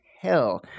hell